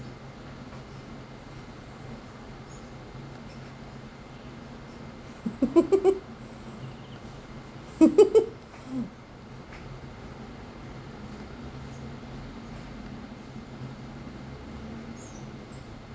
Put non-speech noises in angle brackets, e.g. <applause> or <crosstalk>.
<laughs> <laughs>